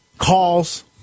calls